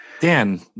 Dan